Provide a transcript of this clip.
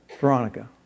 Veronica